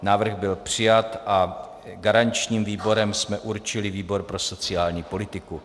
Návrh byl přijat a garančním výborem jsme určili výbor pro sociální politiku.